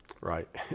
Right